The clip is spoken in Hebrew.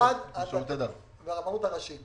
המשרד לשירותי דת והרבנות הראשית.